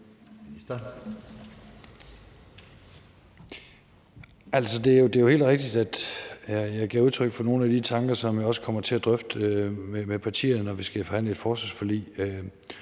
Det er jo helt rigtigt, at jeg gav udtryk for nogle af de tanker, som jeg også kommer til at drøfte med partierne, når vi skal forhandle forsvarsforlig.